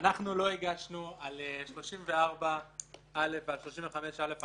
לא הגשנו כתבי אישום על 34(א) ועל 35(א),